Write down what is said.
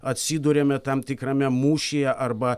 atsiduriame tam tikrame mūšyje arba